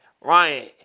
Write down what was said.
Ryan